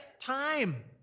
time